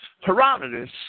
Herodotus